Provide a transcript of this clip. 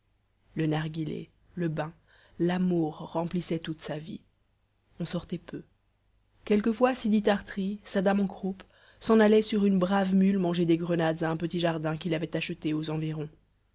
le narghilé le bain l'amour remplissaient toute sa vie on sortait peu quelquefois sidi tart'ri sa dame en croupe s'en allait sur une brave mule manger des grenades à un petit jardin qu'il avait acheté aux environs